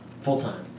Full-time